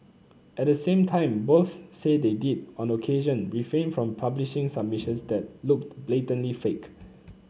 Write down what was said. at the same time both say they did on occasion refrain from publishing submissions that looked blatantly fake